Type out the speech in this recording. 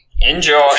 Enjoy